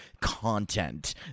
content